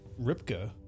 Ripka